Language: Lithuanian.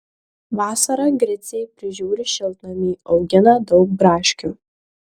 vasarą griciai prižiūri šiltnamį augina daug braškių